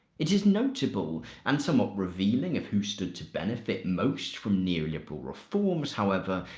it is notable and somewhat revealing of who stood to benefit most from neoliberals reforms however,